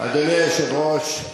אדוני היושב-ראש,